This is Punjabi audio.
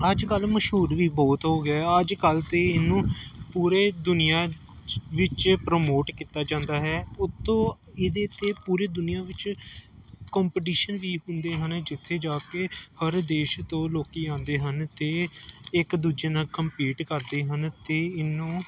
ਅੱਜ ਕੱਲ੍ਹ ਮਸ਼ਹੂਰ ਵੀ ਬਹੁਤ ਹੋ ਗਿਆ ਅੱਜ ਕੱਲ੍ਹ ਤਾਂ ਇਹਨੂੰ ਪੂਰੇ ਦੁਨੀਆ 'ਚ ਵਿੱਚ ਪ੍ਰਮੋਟ ਕੀਤਾ ਜਾਂਦਾ ਹੈ ਉੱਤੋਂ ਇਹਦੇ 'ਤੇ ਪੂਰੀ ਦੁਨੀਆ ਵਿੱਚ ਕੰਪੀਟੀਸ਼ਨ ਵੀ ਹੁੰਦੇ ਹਨ ਜਿੱਥੇ ਜਾ ਕੇ ਹਰ ਦੇਸ਼ ਤੋਂ ਲੋਕ ਆਉਂਦੇ ਹਨ ਅਤੇ ਇੱਕ ਦੂਜੇ ਨਾਲ ਕੰਪੀਟ ਕਰਦੇ ਹਨ ਅਤੇ ਇਹਨੂੰ